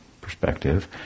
perspective